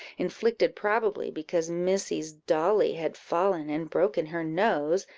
inflicted, probably, because missy's dolly had fallen, and broken her nose,